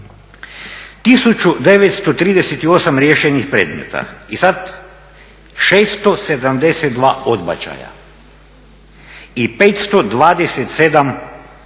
1938 riješenih predmeta i sad 672 odbačaja, i 527 odbijenica.